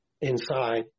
inside